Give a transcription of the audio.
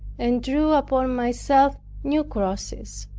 and drew upon myself new crosses,